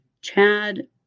Chad